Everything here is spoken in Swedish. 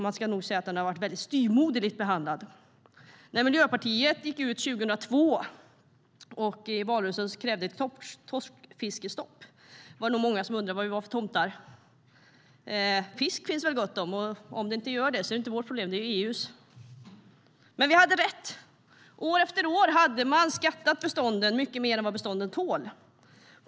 Man kan nog säga att den varit styvmoderligt behandlad. När Miljöpartiet 2002 gick ut i valrörelsen och krävde torskfiskestopp var det nog många som undrade vad vi var för tomtar. Fisk finns det gott om, och om det inte finns är det inte vårt problem utan EU:s. Vi hade rätt. År efter år hade man skattat bestånden mycket mer än de tålde.